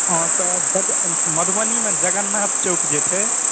हँ तऽ मधुबनीमे जगन्नाथ चौक जे छै